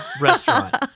restaurant